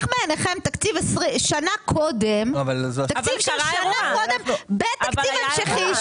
איך בעיניכם תקציב של שנה קודם בתקציב המשכי